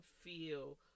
feel